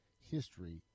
history